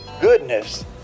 Goodness